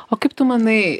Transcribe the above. o kaip tu manai